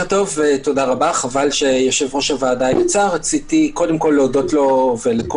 חבל שיושב-ראש הוועדה יצא רציתי להודות לו ולכל